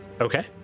Okay